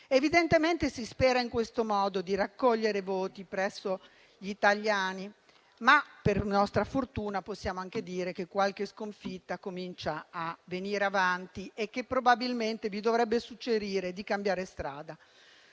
Evidentemente si spera in questo modo di raccogliere voti presso gli italiani, ma, per nostra fortuna, possiamo anche dire che qualche sconfitta comincia a venire avanti e che probabilmente vi dovrebbe suggerire di cambiare strada.